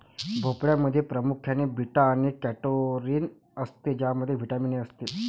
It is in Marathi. भोपळ्यामध्ये प्रामुख्याने बीटा आणि कॅरोटीन असते ज्यामध्ये व्हिटॅमिन ए असते